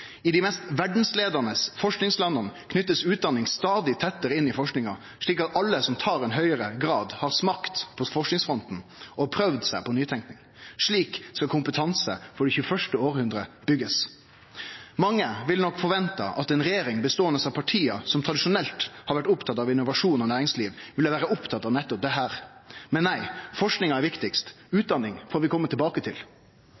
I dei mest verdsleiande forskingslanda blir utdanning knytt stadig tettare til forskinga, slik at alle som tar ein høgre grad, har smakt på forskingsfronten og prøvd seg på nytenking. Slik skal kompetanse for det 21. hundreåret byggjast. Mange ville nok forvente at ei regjering som består av parti som tradisjonelt har vore opptatt av innovasjon og næringsliv, ville vere opptatt av nettopp dette. Men nei, forskinga er viktigast, utdanninga får vi kome tilbake til.